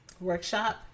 workshop